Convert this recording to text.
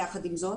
יחד עם זאת,